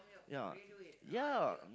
ya ya